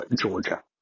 Georgia